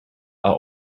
are